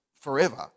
forever